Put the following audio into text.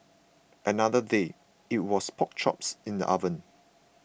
another day it was pork chops in the oven